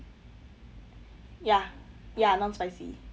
ya ya non spicy